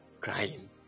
crying